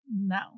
No